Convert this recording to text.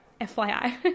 FYI